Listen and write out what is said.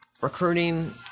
Recruiting